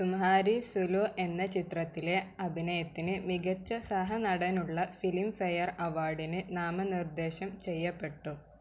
തുമ്ഹാരി സുലു എന്ന ചിത്രത്തിലെ അഭിനയത്തിന് മികച്ച സഹനടനുള്ള ഫിലിം ഫെയർ അവാർഡിന് നാമനിർദ്ദേശം ചെയ്യപ്പെട്ടോ